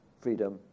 freedom